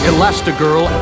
Elastigirl